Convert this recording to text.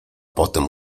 potem